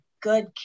good